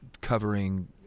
Covering